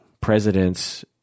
presidents